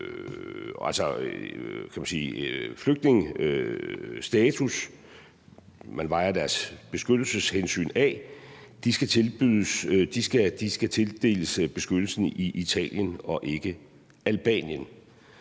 opnår flygtningestatus – man afvejer deres beskyttelseshensyn – skal tildeles beskyttelsen i Italien og ikke i Albanien.